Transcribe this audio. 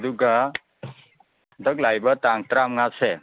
ꯑꯗꯨꯒ ꯍꯟꯗꯛ ꯂꯥꯛꯂꯤꯕ ꯇꯥꯡ ꯇꯔꯥ ꯃꯉꯥꯁꯦ